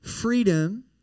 freedom